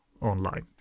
online